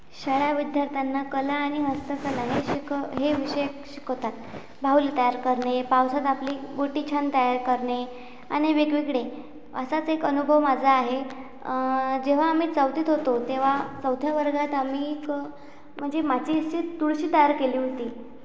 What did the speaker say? शाळा विद्यार्थ्यांना कला आणि हस्तकला ह्या शिकं हे विषय शिकवतात बाहुली तयार करणे पावसात आपली गोटी छान तयार करणे आणि वेगवेगळे असाच एक अनुभव माझा आहे जेव्हा आम्ही चौथीत होतो तेव्हा चौथ्या वर्गात आम्ही एक म्हणजे माझी अशी तुळशी तयार केली होती